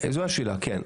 זו השאלה, כן.